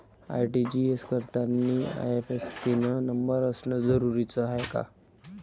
RTGS करतांनी IFSC न number असनं जरुरीच हाय का?